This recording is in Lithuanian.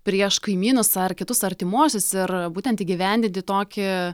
prieš kaimynus ar kitus artimuosius ir būtent įgyvendinti tokį